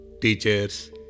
teachers